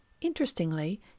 interestingly